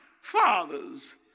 father's